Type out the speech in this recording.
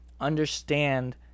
understand